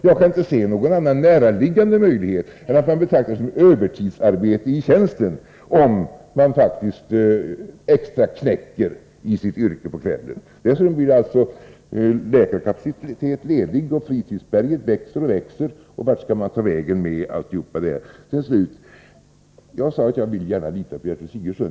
Jag kan inte se någon annan näraliggande möjlighet än att man betraktar det som övertidsarbete i tjänsten, om någon extraknäcker i sitt yrke på kvällen. Dessutom blir det läkarkapacitet ledig, och fritidspraktikerberget växer och växer. Hur skall man lösa alla dessa problem? Till slut: Jag sade att jag gärna vill lita på Gertrud Sigurdsen.